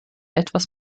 etwas